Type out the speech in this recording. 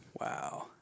Wow